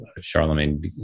Charlemagne